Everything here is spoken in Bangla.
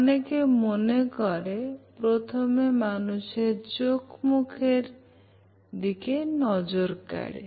অনেকে মনে করে প্রথমে মানুষের চোখ লোকের মুখের দিকে নজর কাড়ে